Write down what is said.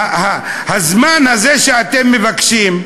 הזמן הזה שאתם מבקשים,